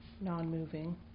non-moving